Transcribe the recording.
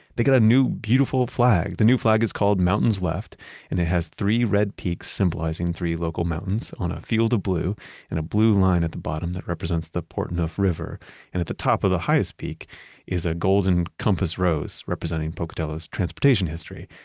they get a new beautiful flag. the new flag is called mountains left and it has three red peaks symbolizing three local mountains on a field of blue and a blue line at the bottom that represents the portneuf river and at the top of the highest peak is a golden compass rose representing pocatello's transportation history.